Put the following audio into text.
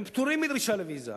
הם פטורים מדרישה לוויזה,